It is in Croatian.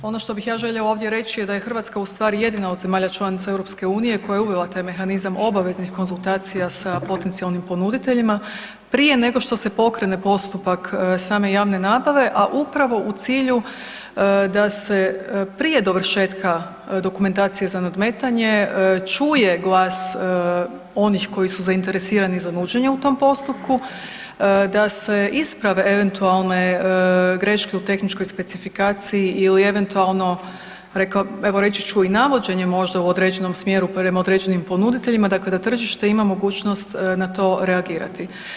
Ono što bih ja ovdje željela reći da je Hrvatska ustvari jedina od zemalja članica EU koja je uvela taj mehanizam obaveznih konzultacija sa potencijalnim ponuditeljima prije nego što se pokrene postupak same javne nabave, a upravo u cilju da se prije dovršetka dokumentacije za nadmetanje čuje glas onih koji su zainteresirani za nuđenje u tom postupku da se isprave eventualne graške u tehničkoj specifikaciji ili eventualno evo reći ću i navođenje možda u određenom smjeru prema određenim ponuditeljima, dakle da tržište ima mogućnost na to reagirati.